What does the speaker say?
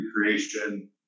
recreation